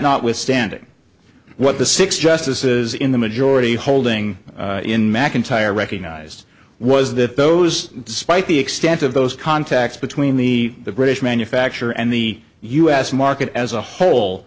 notwithstanding what the six justices in the majority holding in mcintyre recognized was that those despite the extent of those contacts between the british manufacturer and the u s market as a whole